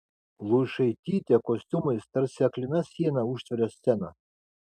luišaitytė kostiumais tarsi aklina siena užtveria sceną